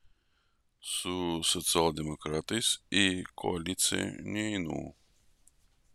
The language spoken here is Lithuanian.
su socialdemokratais į koaliciją neinu